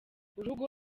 urugo